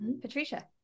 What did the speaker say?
Patricia